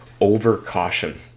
Over-Caution